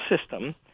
system